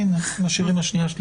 הינה, משאירים לשנייה-שלישית.